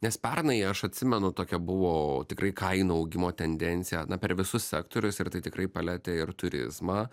nes pernai aš atsimenu tokia buvo tikrai kainų augimo tendencija na per visus sektorius ir tai tikrai palietė ir turizmą